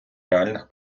реальних